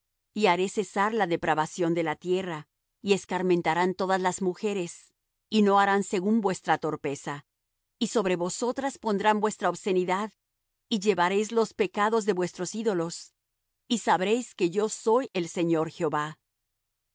y haré cesar la depravación de la tierra y escarmentarán todas las mujeres y no harán según vuestra torpeza y sobre vosotras pondrán vuestra obscenidad y llevaréis los pecados de vuestros ídolos y sabréis que yo soy el señor jehová